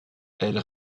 elles